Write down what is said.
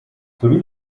sowie